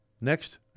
Next